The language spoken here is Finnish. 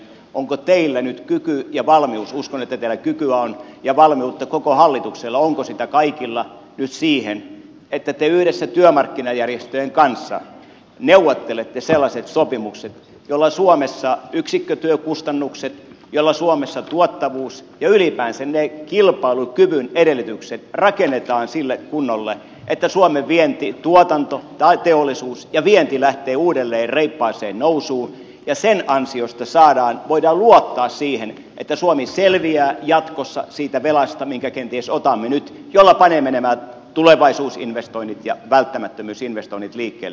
onko teillä nyt kyky ja valmius uskon että teillä kykyä on ja valmiutta koko hallituksella onko sitä kaikilla nyt siihen että te yhdessä työmarkkinajärjestöjen kanssa neuvottelette sellaiset sopimukset joilla suomessa yksikkötyökustannukset jolla suomessa tuottavuus ja ylipäänsä ne kilpailukyvyn edellytykset rakennetaan sille kunnolle että suomen teollisuus ja vienti lähtevät uudelleen reippaaseen nousuun ja sen ansiosta voidaan luottaa siihen että suomi selviää jatkossa siitä velasta minkä kenties otamme nyt jolla panemme nämä tulevaisuusinvestoinnit ja välttämättömyysinvestoinnit liikkeelle